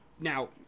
Now